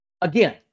Again